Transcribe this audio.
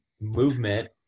movement